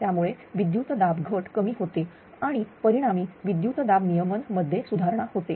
त्यामुळे विद्युत दाब घट कमी होते आणि परिणामी विद्युत दाब नियमन मध्ये सुधारणा होते